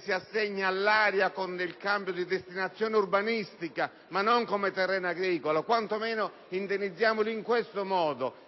si assegna all'area considerandola a destinazione urbanistica e non quale terreno agricolo. Quantomeno, indennizziamo in questo modo;